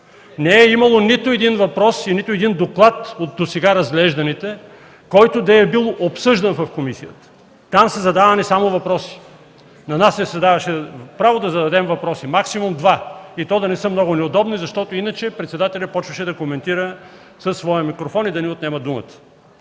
Не е имало нито един въпрос и нито един доклад от досега разглежданите, който да е бил обсъждан в комисията. Там са задавани само въпроси. На нас ни се даваше право да зададем въпроси – максимум два, и то да не са много неудобни, защото иначе председателят започваше да коментира от своя микрофон и ни отнемаше думата.